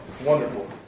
Wonderful